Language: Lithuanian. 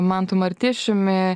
mantu martišiumi